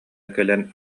кэлэн